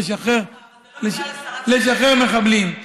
לשחרר מחבלים,